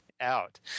out